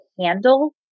handle